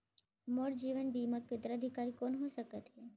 मोर जीवन बीमा के उत्तराधिकारी कोन सकत हे?